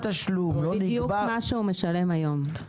בדיוק כפי שהוא משלם היום.